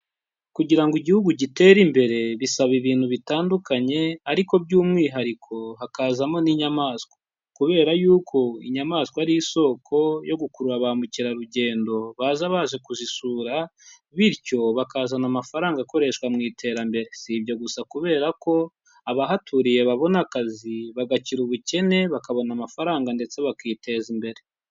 Kugira ngo Igihugu gitere imbere bisaba ibintu bitandukanye, ariko by'umwihariko hakazamo n'inyamaswa, kubera yuko inyamaswa ari isoko yo gukurura bamukerarugendo baza baje kuzisura, bityo bakazana amafaranga akoreshwa mu iterambere. Si ibyo gusa kubera ko abahaturiye babona akazi, bagakira ubukene, bakabona amafaranga ndetse bakiteza imbere.